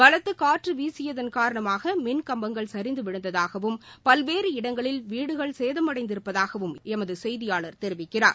பலத்த காற்று வீசியதன் காரணமாக மின் கம்பங்கள் சிந்து விழுந்ததாகவும் பல்வேறு இடங்களில் வீடுகள் சேதமடைந்திருப்பதாகவும் எமது செய்தியாளர் தெரிவிக்கிறார்